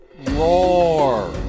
Roar